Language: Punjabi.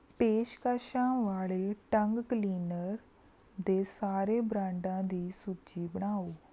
ਪੇਸ਼ਕਸ਼ਾਂ ਵਾਲੇ ਟੰਗ ਕਲੀਨਰ ਦੇ ਸਾਰੇ ਬ੍ਰਾਂਡਾਂ ਦੀ ਸੂਚੀ ਬਣਾਓ